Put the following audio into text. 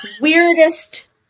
weirdest